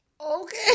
Okay